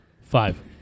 Five